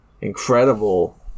incredible